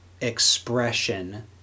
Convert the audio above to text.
expression